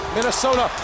Minnesota